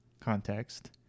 context